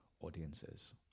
audiences